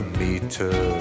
meter